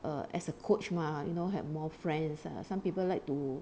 err as a coach mah you know have more friends ah some people like to